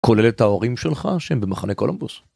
כולל את ההורים שלך שהם במחנה קולומבוס.